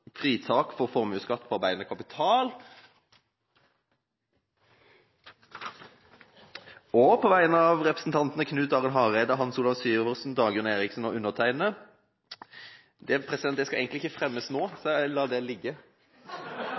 fritak for formuesskatt på arbeidende kapital. På vegne av representantene Knut Arild Hareide, Hans Olav Syversen, Dagrun Eriksen og undertegnede – det skal egentlig ikke fremmes nå, så jeg lar det ligge.